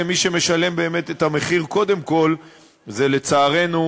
מי שמשלם באמת את המחיר קודם כול זה לצערנו